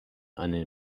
eine